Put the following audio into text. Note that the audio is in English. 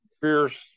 fierce